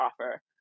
offer